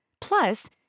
Plus